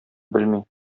белми